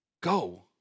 go